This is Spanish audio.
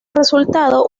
resultado